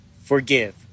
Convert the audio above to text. forgive